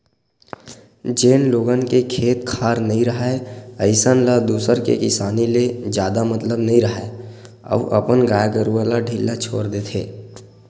जेन लोगन के खेत खार नइ राहय अइसन ल दूसर के किसानी ले जादा मतलब नइ राहय अउ अपन गाय गरूवा ल ढ़िल्ला छोर देथे